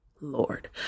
Lord